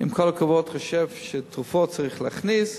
עם כל הכבוד, חושב שתרופות צריך להכניס.